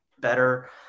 better